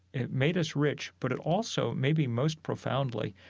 it made us rich. but it also, maybe most profoundly,